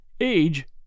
Age